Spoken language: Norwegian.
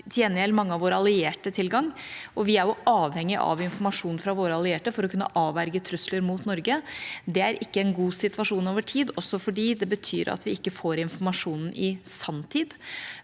til gjengjeld mange av våre allierte tilgang, og vi er avhengig av informasjon fra våre allierte for å kunne avverge trusler mot Norge. Det er ikke en god situasjon over tid, også fordi det betyr at vi ikke får informasjonen i sanntid.